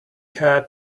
had